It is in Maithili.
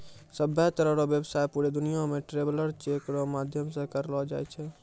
सभ्भे तरह रो व्यवसाय पूरे दुनियां मे ट्रैवलर चेक रो माध्यम से करलो जाय छै